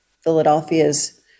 Philadelphia's